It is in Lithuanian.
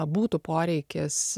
būtų poreikis